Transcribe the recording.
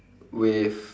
with